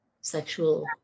sexual